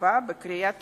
בהצבעה בקריאה טרומית.